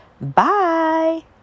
Bye